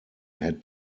had